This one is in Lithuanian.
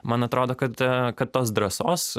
man atrodo kad kad tos drąsos